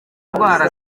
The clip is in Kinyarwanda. ndwara